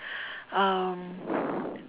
um